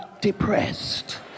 depressed